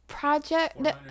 Project